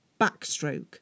Backstroke